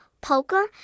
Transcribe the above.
poker